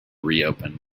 reopen